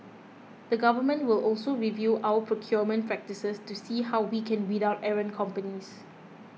the Government will also review our procurement practices to see how we can weed out errant companies